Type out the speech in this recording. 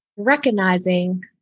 Recognizing